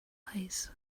eyes